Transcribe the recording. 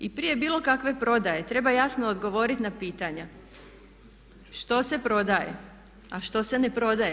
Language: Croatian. I prije bilo kakve prodaje treba jasno odgovorit na pitanja što se prodaje, a što se ne prodaje.